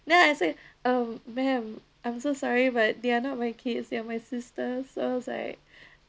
then I say oh ma'am I'm so sorry but they are not my kids they're my sisters so I was like